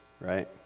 right